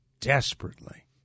desperately